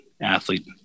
athlete